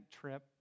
trip